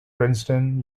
princeton